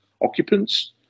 occupants